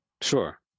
Sure